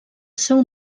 seu